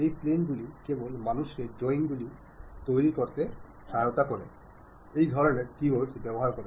এই প্লেন গুলি কেবল মানুষ কে ড্রয়িং গুলি তৈরি করতে সহায়তা করে এই ধরণের কীওয়ার্ড ব্যবহার করে